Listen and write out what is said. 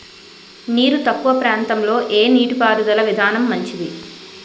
నీరు తక్కువ ప్రాంతంలో ఏ నీటిపారుదల విధానం మంచిది?